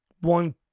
one